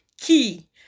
key